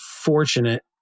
fortunate